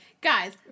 guys